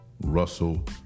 Russell